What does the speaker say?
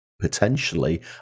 potentially